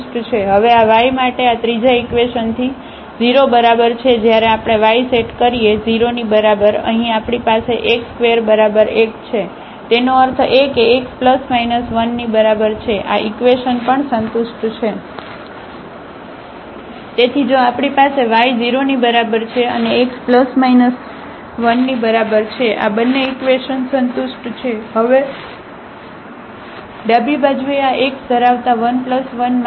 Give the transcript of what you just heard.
હવે આ y માટે આ ત્રીજા ઇકવેશન થી 0 બરાબર છે જ્યારે આપણે y સેટ કરીએ 0 ની બરાબર અહીં આપણી પાસે x2 બરાબર 1 છે તેનો અર્થ એ કે x ± 1 ની બરાબર છે આ ઇકવેશન પણ સંતુષ્ટ છે તેથી જો આપણી પાસે y 0 ની બરાબર છે અને x ± 1 ની બરાબર છે આ બંને ઇકવેશન સંતુષ્ટ છે હવે ડાબી બાજુએ આ x ધરાવતા 1 ± 1 ની બરાબર છે